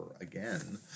again